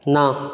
ना